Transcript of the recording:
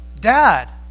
Dad